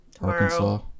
Arkansas